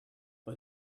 but